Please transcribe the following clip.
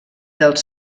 dels